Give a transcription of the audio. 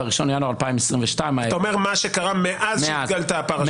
ב-1 בינואר 2022 --- אתה אומר: מה שקרה מאז שהתגלתה הפרשה.